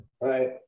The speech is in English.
Right